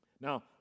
Now